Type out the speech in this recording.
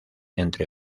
entre